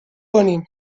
کنیم